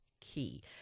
key